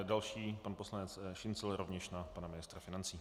Další je pan poslanec Šincl rovněž na pana ministra financí.